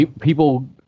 people